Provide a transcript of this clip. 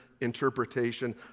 interpretation